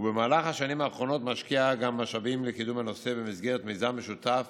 ובמהלך השנים האחרונות משקיע גם משאבים בקידום הנושא במסגרת מיזם משותף